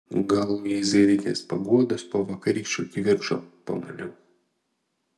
gal luizai reikės paguodos po vakarykščio kivirčo pamaniau